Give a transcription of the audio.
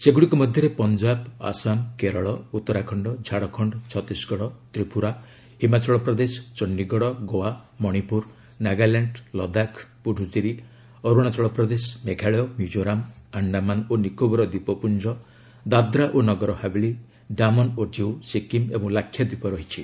ସେଗୁଡ଼ିକ ମଧ୍ୟରେ ପଞ୍ଜାବ ଆସାମ କେରଳ ଉତ୍ତରାଖଣ୍ଡ ଝାଡ଼ଖଣ୍ଡ ଛତିଶଗଡ଼ ତ୍ରିପୁରା ହିମାଚଳ ପ୍ରଦେଶ ଚଣ୍ଡିଗଡ଼ ଗୋଆ ମଣିପୁର ନାଗାଲାଣ୍ଡ ଲଦାଖ ପୁଡୁଚେରୀ ଅରୁଣାଚଳ ପ୍ରଦେଶ ମେଘାଳୟ ମିଜୋରାମ ଆଣ୍ଡାମାନ ଓ ନିକୋବର ଦ୍ୱୀପପୁଞ୍ଜ ଦାଦ୍ରା ଓ ନଗର ହାବେଳି ଡାମନ୍ ଓ ଡିଉ ସିକ୍କିମ୍ ଏବଂ ଲକ୍ଷ୍ୟାଦ୍ୱୀପ ରହିଛି